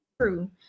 true